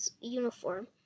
uniform